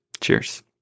Cheers